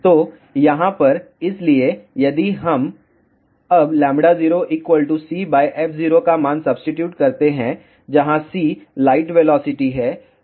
तो यहाँ पर इसलिए यदि हम अब λ0 c f0 का मान सब्सीट्यूट करते हैं जहाँ c लाइट वेलोसिटी है